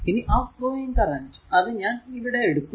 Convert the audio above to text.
ഇനി outgoing current അത് ഞാൻ ഇവിടെ എടുക്കുന്നു